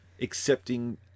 accepting